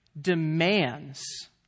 demands